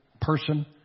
person